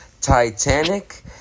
Titanic